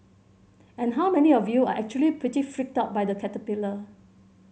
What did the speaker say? and how many of you are actually pretty freaked out by the caterpillar